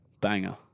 banger